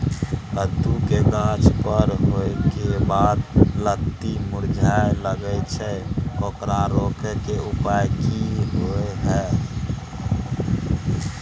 कद्दू के गाछ बर होय के बाद लत्ती मुरझाय लागे छै ओकरा रोके के उपाय कि होय है?